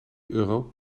euro